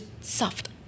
soft